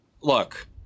look